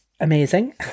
amazing